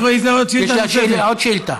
יש לך עוד שאילתה.